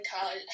college